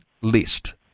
list